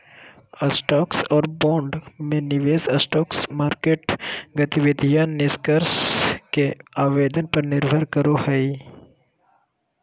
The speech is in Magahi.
स्टॉक और बॉन्ड में निवेश स्टॉक मार्केट गतिविधि निष्कर्ष के आवेदन पर निर्भर करो हइ